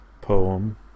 poem